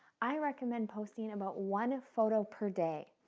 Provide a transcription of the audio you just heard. i recommend posting about one photo per day.